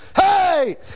Hey